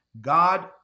God